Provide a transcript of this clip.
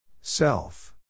Self